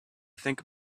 think